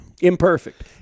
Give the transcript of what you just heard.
Imperfect